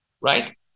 right